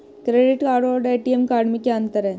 Credit card और ATM card में क्या अंतर है?